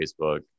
Facebook